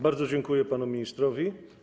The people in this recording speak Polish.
Bardzo dziękuję panu ministrowi.